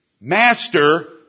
master